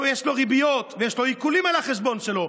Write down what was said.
יש לו ריביות ועיקולים על החשבון שלו.